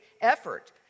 effort